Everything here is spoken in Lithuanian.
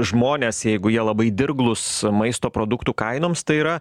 žmonės jeigu jie labai dirglūs maisto produktų kainoms tai yra